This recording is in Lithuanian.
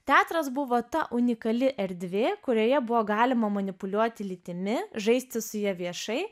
teatras buvo ta unikali erdvė kurioje buvo galima manipuliuoti lytimi žaisti su ja viešai